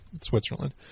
Switzerland